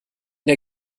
der